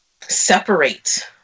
separate